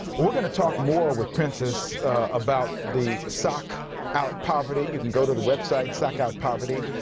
we're going to talk more with princess about the sock out poverty. you can go to the web site, sock out poverty,